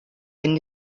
and